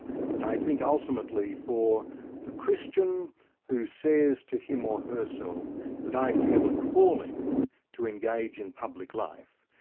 but i think ultimately for the christian who says to him or herself that i feel a calling to engage in public life,